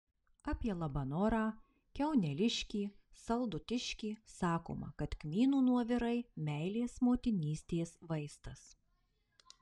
apie labanorą kiauneliškį saldutiškį sakoma kad kmynų nuovirai meilės motinystės vaistas